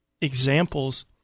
examples